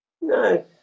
No